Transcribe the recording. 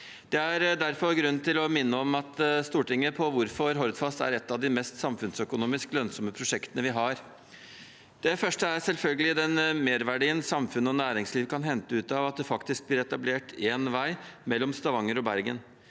Det er derfor grunn til å minne Stortinget på hvorfor Hordfast er et av de mest samfunnsøkonomisk lønnsomme prosjektene vi har. Det første er selvfølgelig den merverdien samfunn og næringsliv kan hente ut av at det faktisk blir etablert én vei mellom Stavanger og Bergen,